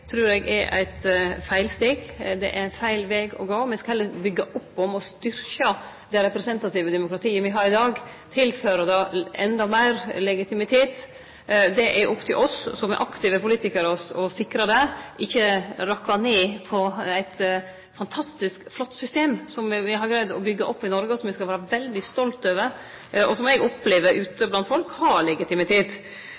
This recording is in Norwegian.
trur eg er eit feilsteg, det er feil veg å gå. Me skal heller byggje opp om og styrkje det representative demokratiet me har i dag, og tilføre det endå meir legitimitet. Det er opp til oss som er aktive politikarar å sikre det – ikkje rakke ned på eit fantastisk flott system som me har greidd å byggje opp i Noreg, og som me skal vere veldig stolte over, og som eg opplever, ute